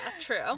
True